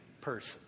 person